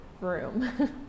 room